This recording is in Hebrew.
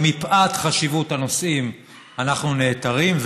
ומפאת חשיבות הנושאים אנחנו נעתרים,